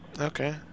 Okay